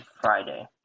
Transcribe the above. Friday